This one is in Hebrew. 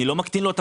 אני לא מקטין לו,